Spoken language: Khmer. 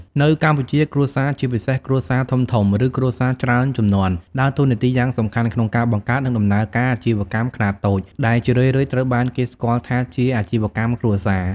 នៅកម្ពុជា គ្រួសារ ជាពិសេសគ្រួសារធំៗ ឬគ្រួសារច្រើនជំនាន់ ដើរតួនាទីយ៉ាងសំខាន់ក្នុងការបង្កើត និងដំណើរការអាជីវកម្មខ្នាតតូច ដែលជារឿយៗត្រូវបានគេស្គាល់ថាជា អាជីវកម្មគ្រួសារ។